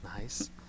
Nice